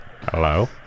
Hello